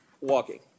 walking